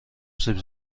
سیب